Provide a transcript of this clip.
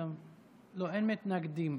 לא, אין מתנגדים.